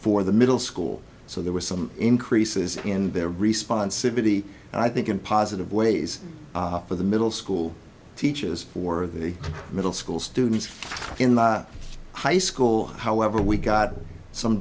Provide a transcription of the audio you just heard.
for the middle school so there were some increases in their responsibility i think in positive ways for the middle school teachers for the middle school students in the high school however we got some